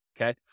okay